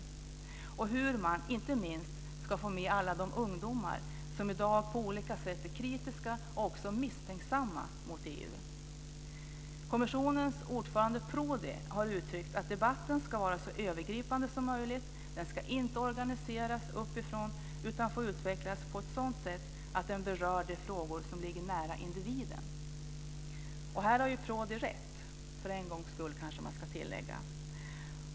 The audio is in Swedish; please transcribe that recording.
Det handlar också om hur man, inte minst, ska få med alla de ungdomar som i dag är kritiska på olika sätt och också misstänksamma mot EU. Kommissionens ordförande Prodi har uttryckt att debatten ska vara så övergripande som möjligt. Den ska inte organiseras uppifrån utan få utvecklas på ett sådant sätt att den berör de frågor som ligger nära individen. Här har Prodi rätt - för en gångs skull, kanske man ska tillägga.